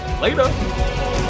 Later